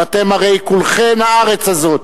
ואתן הרי כולכן מהארץ הזאת.